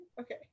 okay